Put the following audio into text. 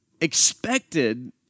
expected